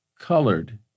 Colored